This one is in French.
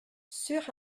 sur